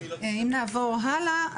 אם נעבור הלאה,